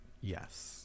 yes